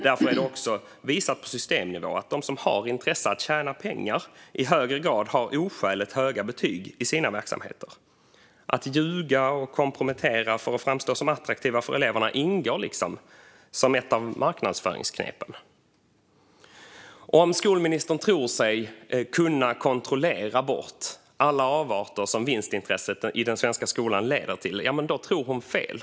Det har också visats på systemnivå att de som har intresse av att tjäna pengar i högre grad sätter oskäligt höga betyg i sina verksamheter. Att ljuga och kompromettera för att framstå som attraktiva för eleverna ingår liksom som ett av marknadsföringsknepen. Om skolministern tror sig kunna kontrollera bort alla avarter som vinstintresset i den svenska skolan leder till - ja, då tror hon fel.